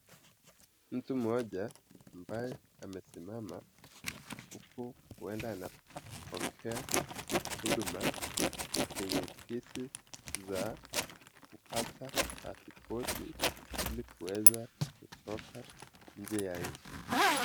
Mtu mmoja ambaye amesimama huko huenda anapokea huduma kwenye ofisi za kupata paspoti ili kuweza kutoka nje ya nchi.